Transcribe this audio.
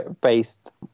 based